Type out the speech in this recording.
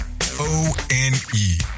O-N-E